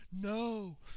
No